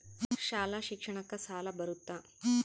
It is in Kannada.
ಶಾಲಾ ಶಿಕ್ಷಣಕ್ಕ ಸಾಲ ಬರುತ್ತಾ?